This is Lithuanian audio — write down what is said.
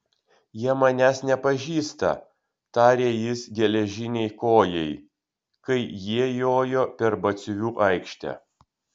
jie manęs nepažįsta tarė jis geležinei kojai kai jie jojo per batsiuvių aikštę